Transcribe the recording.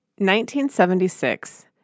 1976